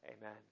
Amen